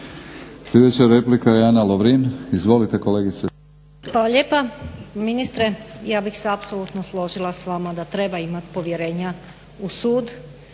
Sljedeća replika i Ana Lovrin. Izvolite kolegice. **Lovrin, Ana (HDZ)** Hvala lijepa. Ministre, ja bih se apsolutno složila s vama da treba imat povjerenja u sud